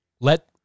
Let